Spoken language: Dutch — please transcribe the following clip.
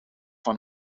van